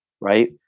Right